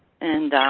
and